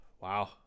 wow